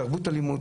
תרבות של אלימות,